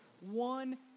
one